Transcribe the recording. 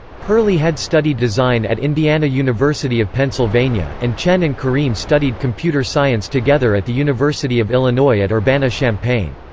hurley had studied design at indiana university of pennsylvania, and chen and karim studied computer science together at the university of illinois at urbana-champaign.